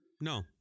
No